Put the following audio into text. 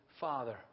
Father